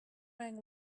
rang